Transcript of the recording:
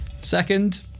Second